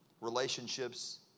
relationships